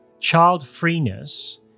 child-freeness